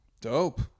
Dope